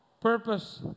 purpose